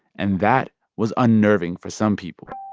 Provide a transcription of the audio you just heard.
and that was unnerving for some people